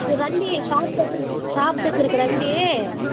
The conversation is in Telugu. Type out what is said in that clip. మీరు రండి షాప్ దగ్గరకి షాప్ దగ్గరకి రండి